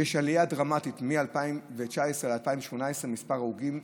אני אבקש לציין שיש עלייה דרמטית בין 2018 ל-2019 במספר ההרוגים,